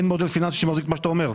אין מודל פיננסי שמחזיק מה שאתה אומר.